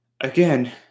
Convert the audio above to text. again